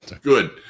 Good